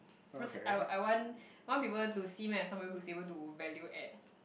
cause I want I want want people to see me as some people who is able to value at